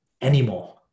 anymore